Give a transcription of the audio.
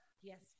Yes